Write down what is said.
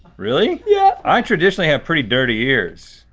really? yeah. i traditionally have pretty dirty ears.